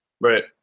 Right